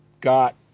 got